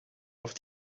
auf